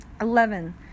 Eleven